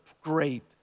great